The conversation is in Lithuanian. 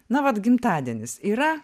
na vat gimtadienis yra